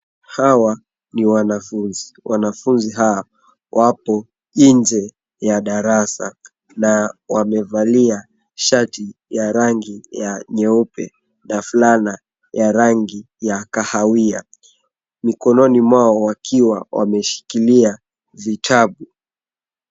Hawa ni wanafunzi. Wanafunzi hawa wapo nje ya darasa na wamevalia shati ya rangi ya nyeupe na fulana ya rangi ya kahawia. Mikononi mwao wakiwa wameshikilia vitabu.